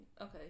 Okay